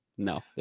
No